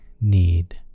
need